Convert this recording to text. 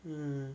mm